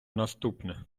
наступне